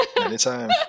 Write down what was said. Anytime